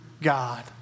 God